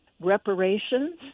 reparations